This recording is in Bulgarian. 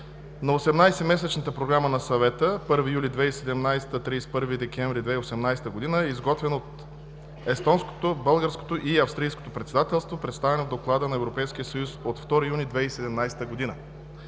- 18-месечната програма на Съвета (1 юли 2017 г. – 31 декември 2018 г.), изготвена от естонското, българското и австрийското председателство, представена в Доклада на Европейския съюз от 2 юни 2017 г.;